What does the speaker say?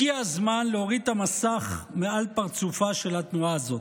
הגיע הזמן להוריד את המסך מעל פרצופה של התנועה הזאת.